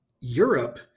Europe